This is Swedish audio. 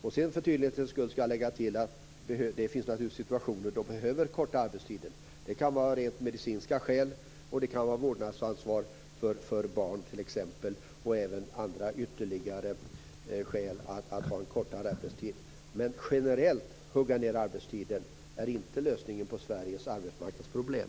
Låt mig för tydlighetens skull lägga till att det naturligtvis finns situationer där arbetstiden behöver förkortas. Man kan av rent medicinska skäl, på grund av vårdnadsansvar för barn eller av andra orsaker behöva ha en kortare arbetstid, men att generellt skära ned arbetstiden är inte lösningen på Sveriges arbetsmarknadsproblem.